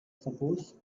suppose